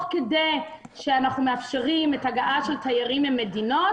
כדי שאנחנו מאפשרים את ההגעה של תיירים מהמדינות,